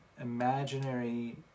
imaginary